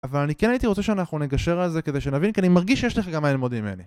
אבל אני כן הייתי רוצה שאנחנו נגשר על זה כדי שנבין כי אני מרגיש שיש לך גם מה ללמוד ממני